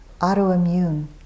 autoimmune